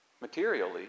Materially